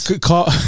Call